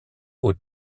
aux